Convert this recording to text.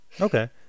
okay